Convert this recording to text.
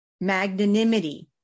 Magnanimity